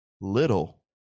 little